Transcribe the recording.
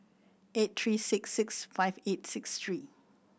eight three six six five eight six three